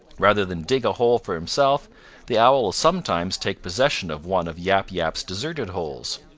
rather than dig a hole for himself the owl will sometimes take possession of one of yap yap's deserted holes.